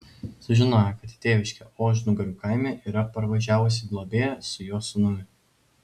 sužinojo kad į tėviškę ožnugarių kaime yra parvažiavusi globėja su jo sūnumi